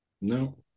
No